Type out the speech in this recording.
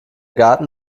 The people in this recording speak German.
garten